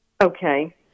Okay